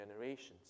generations